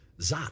Zot